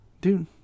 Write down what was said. dude